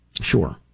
Sure